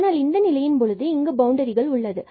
ஆனால் இந்த நிலையின் பொழுது இங்கு பவுண்டரிகள் உள்ளது